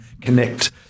connect